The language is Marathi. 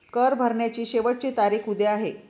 कर भरण्याची शेवटची तारीख उद्या आहे